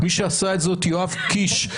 כפי שעשה זאת יואב קיש,